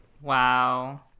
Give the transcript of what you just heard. Wow